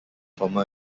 former